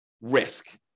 risk